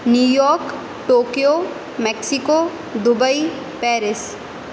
New York Tokyo Mexico Dubai Paris